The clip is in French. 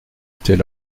était